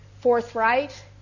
forthright